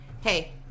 Hey